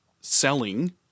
selling